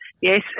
Yes